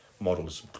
models